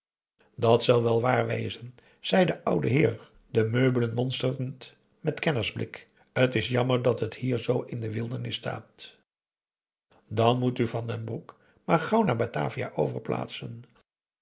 dat zal wel waar wezen zei de oude heer de meubelen monsterend met kennersblik t is jammer dat het hier zoo in de wildernis staat dan moet u van den broek maar gauw naar batavia overplaatsen